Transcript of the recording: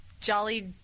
Jolly